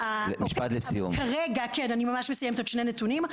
אני ממש מסיימת, עוד שני נתונים.